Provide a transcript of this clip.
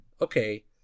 okay